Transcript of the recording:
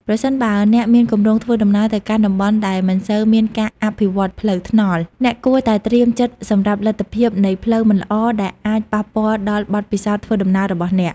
ប្រសិនបើអ្នកមានគម្រោងធ្វើដំណើរទៅកាន់តំបន់ដែលមិនសូវមានការអភិវឌ្ឍផ្លូវថ្នល់ អ្នកគួរតែត្រៀមចិត្តសម្រាប់លទ្ធភាពនៃផ្លូវមិនល្អដែលអាចប៉ះពាល់ដល់បទពិសោធន៍ធ្វើដំណើររបស់អ្នក។